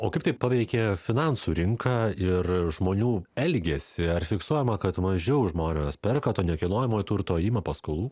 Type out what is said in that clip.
o kaip tai paveikė finansų rinką ir žmonių elgesį ar fiksuojama kad mažiau žmonės perka to nekilnojamojo turto ima paskolų